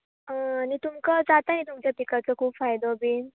आनी तुमकां जाता ह्या पिकाचो खूब फायदो बीन